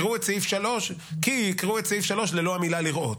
יש צד לכאן וצד לכאן.